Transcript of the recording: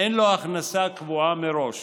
אין לו הכנסה קבועה מראש